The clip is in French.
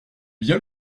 bien